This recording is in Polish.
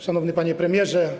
Szanowny Panie Premierze!